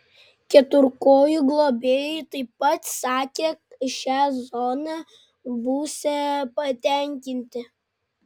keturkojų globėjai taip pat sakė šia zona būsią patenkinti